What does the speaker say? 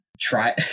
try